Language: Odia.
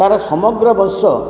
ତାର ସମଗ୍ର ବଂଶ